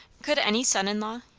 could any son-in-law,